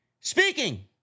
Speaking